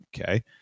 Okay